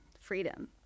freedom